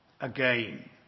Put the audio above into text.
again